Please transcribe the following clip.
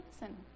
listen